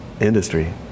industry